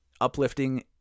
uplifting